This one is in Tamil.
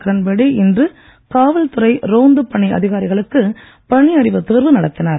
கிரண் பேடி இன்று காவல்துறை ரோந்துப் பணி அதிகாரிகளுக்கு பணியறிவுத் தேர்வு நடத்தினார்